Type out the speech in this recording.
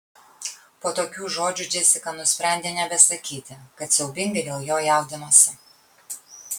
po tokių žodžių džesika nusprendė nebesakyti kad siaubingai dėl jo jaudinosi